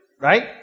right